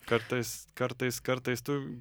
kartais kartais kartais tu